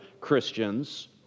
Christians